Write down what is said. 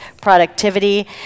productivity